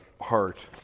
heart